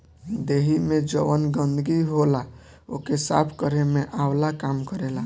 देहि में जवन गंदगी होला ओके साफ़ केरे में आंवला काम करेला